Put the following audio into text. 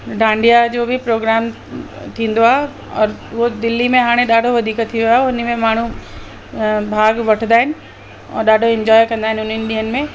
डांडिया जो बि प्रोग्राम थींदो आहे और उहो दिल्ली में हाणे ॾाढो वधीक थी वियो आहे उन में माण्हू भाॻु वठंदा आहिनि ऐं ॾाढो इंजॉय कंदा आहिनि उन्हनि ॾींहनि में